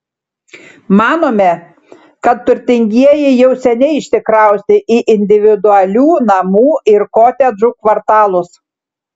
manome kad turtingieji jau seniai išsikraustė į individualių namų ir kotedžų kvartalus